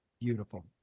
Beautiful